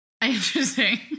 Interesting